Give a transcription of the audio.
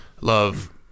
Love